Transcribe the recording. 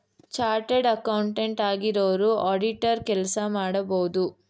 chartered accountant ಆಗಿರೋರು auditor ಕೆಲಸ ಮಾಡಬೋದು